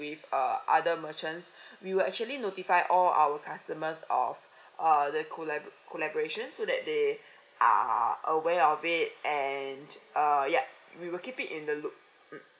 with uh other merchants we will actually notify all our customers of err the collab~ collaboration so that they are aware of it and err ya we will keep you in the loop